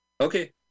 Okay